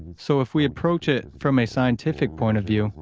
so, if we approach it from a scientific point of view,